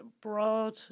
broad